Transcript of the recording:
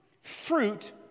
Fruit